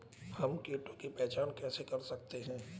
हम कीटों की पहचान कैसे कर सकते हैं?